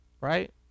right